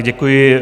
Děkuji.